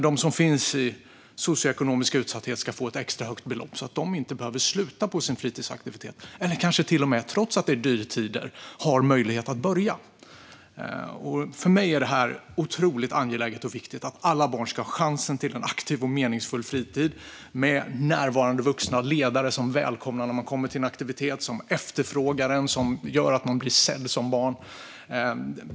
De som lever i socioekonomisk utsatthet ska få ett extra högt belopp så att de inte måste sluta på sin fritidsaktivitet eller kanske, trots dyrtider, kan börja med en fritidsaktivitet. För mig är det otroligt angeläget och viktigt att alla barn ska ha chans till en aktiv och meningsfull fritid med närvarande vuxna och ledare som välkomnar en till aktiviteten, efterfrågar en och ser en.